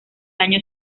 año